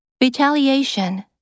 Retaliation